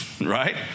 right